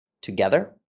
together